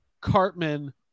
cartman